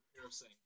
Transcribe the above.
piercing